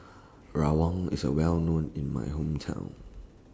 Rawon IS A Well known in My Hometown